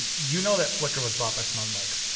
you know that flickr was bought by smugmug.